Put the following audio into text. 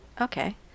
okay